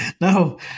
No